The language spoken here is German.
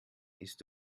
ist